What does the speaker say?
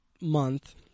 month